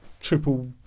triple